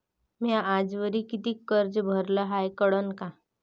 म्या आजवरी कितीक कर्ज भरलं हाय कळन का?